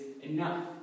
enough